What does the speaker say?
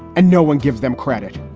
and no one gives them credit.